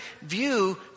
view